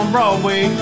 Broadway